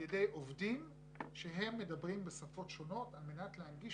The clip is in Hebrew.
ידי עובדים שהם מדברים בשפות שונות על מנת להנגיש